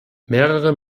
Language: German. mehrere